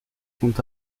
sont